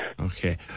Okay